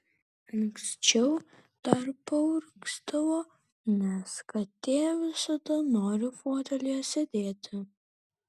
anksčiau dar paurgzdavo nes katė visada nori fotelyje sėdėti